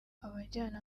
abajyana